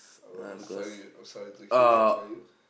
uh sorry I'm sorry to hear that for you